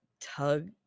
tug